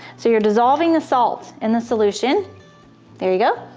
so you're dissolving the salt in the solution there you go.